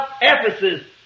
Ephesus